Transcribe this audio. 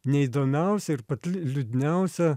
neįdomiausia ir pati liūd liūdniausia